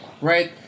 Right